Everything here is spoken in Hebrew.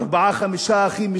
ארבעה-חמישה אחים,